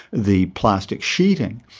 the plastic sheeting,